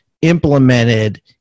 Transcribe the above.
implemented